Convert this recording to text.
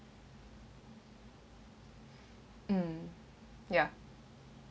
um ya